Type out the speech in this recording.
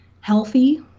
healthy